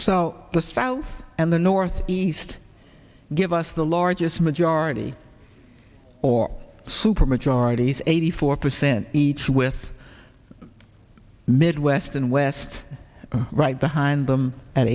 so the south and the northeast give us the largest majority or super majorities eighty four percent each with midwest and west right behind them a